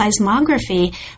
Seismography